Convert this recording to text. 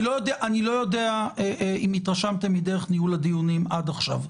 אני לא יודע אם התרשמתם מדרך ניהול הדיונים עד עכשיו,